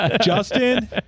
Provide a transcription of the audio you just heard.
Justin